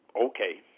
okay